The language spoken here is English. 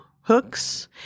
hooks